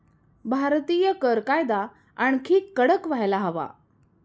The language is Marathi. भारतीय कर कायदा आणखी कडक व्हायला हवा